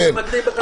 כן.